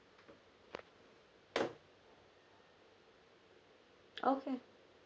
okay